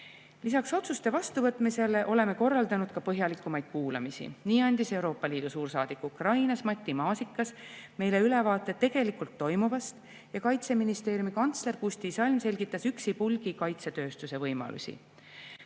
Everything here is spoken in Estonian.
Lisaks otsuste vastuvõtmisele oleme korraldanud põhjalikumaid kuulamisi. Nii andis Euroopa Liidu suursaadik Ukrainas, Matti Maasikas meile ülevaate tegelikult toimuvast ning Kaitseministeeriumi kantsler Kusti Salm selgitas üksipulgi kaitsetööstuse võimalusi.